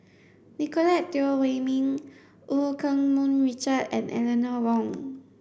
Nicolette Teo Wei min Eu Keng Mun Richard and Eleanor Wong